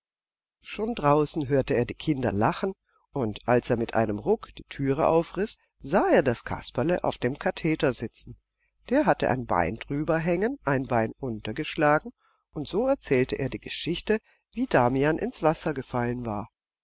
schon draußen hörte er die kinder lachen und als er mit einem ruck die türe aufriß sah er das kasperle auf dem katheder sitzen der hatte ein bein drüber hängen ein bein untergeschlagen und so erzählte er die geschichte wie damian ins wasser gefallen war